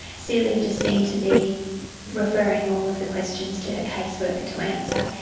celia just seemed to be referring all of the questions to her case worker to answer.